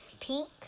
Pink